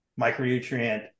micronutrient